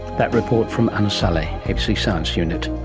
that report from anna salleh, abc science unit